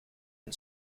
een